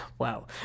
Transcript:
Wow